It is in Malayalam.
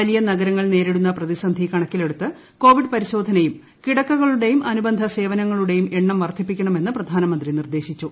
വലിയ നഗരങ്ങൾ നേരിടുന്ന പ്രതിസന്ധി കണ്ടുക്കിലെടുത്ത് കോവിഡ് പരിശോധനയും കിടക്കകളുടെയും അന്നുബന്ധ സേവനങ്ങളുടെയും എണ്ണം വർദ്ധിപ്പിക്കണമെന്ന് പ്രധ്നിന്മന്ത്രി നിർദ്ദേശിച്ചു